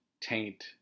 taint